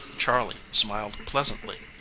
charley smiled pleasantly.